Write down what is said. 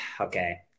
Okay